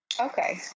Okay